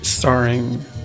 starring